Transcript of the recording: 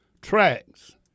tracks